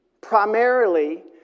primarily